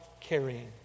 carrying